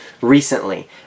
recently